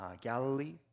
Galilee